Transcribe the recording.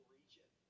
region